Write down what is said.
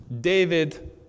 David